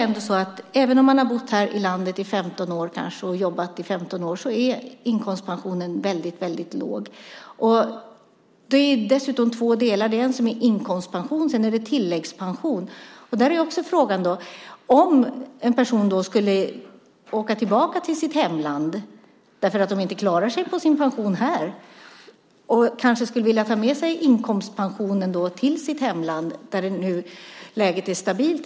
Även om man har bott här i landet i 15 år och jobbat i 15 år är inkomstpensionen väldigt låg. Det är dessutom två delar. Det är en inkomstpension och sedan är det en tillläggspension. Där är frågan också hur det blir om människor skulle åka tillbaka till sitt hemland, därför att de inte klarar sig på sin pension här, och kanske skulle vilja ta med sig inkomstpensionen dit, där läget nu är stabilt.